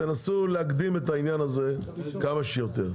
תנסו להקדים את זה כמה שיותר.